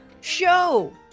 show